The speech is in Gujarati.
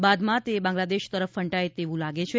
બાદમાં તે બાંગ્લાદેશ તરફ ફંટાય તેવું લાગે છે